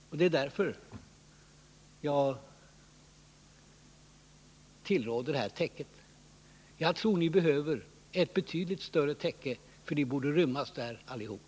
Och det är därför jag tillråder det här täcket. Jag tror att ni behöver ett betydligt större täcke, för ni borde rymmas där allihop.